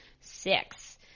six